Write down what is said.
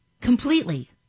Completely